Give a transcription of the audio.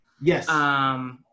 Yes